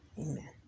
Amen